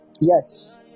Yes